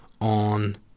on